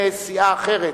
מסיעה אחרת,